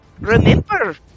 Remember